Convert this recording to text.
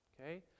okay